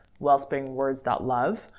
wellspringwords.love